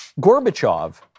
Gorbachev